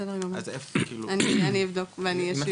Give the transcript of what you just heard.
בסדר גמור, אני אבדוק ואני אשיב.